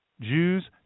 Jews